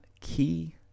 key